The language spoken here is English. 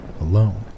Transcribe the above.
alone